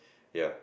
ya